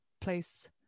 place